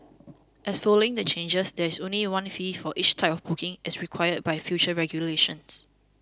as following the changes there is only one fee for each type of booking as required by future regulations